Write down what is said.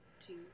two